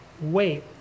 Wait